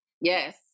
Yes